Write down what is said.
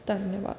ਧੰਨਵਾਦ